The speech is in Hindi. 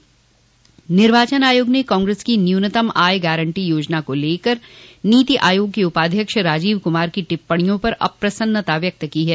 वहीं निर्वाचन आयोग ने कांग्रेस की न्यूनतम आय गारन्टी योजना को लेकर नीति आयोग के उपाध्यक्ष राजीव कुमार की टिप्पणियों पर अप्रसन्नता व्यक्त की है